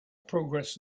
progress